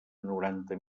noranta